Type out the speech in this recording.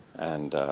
and